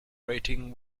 rating